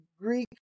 Greek